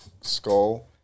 skull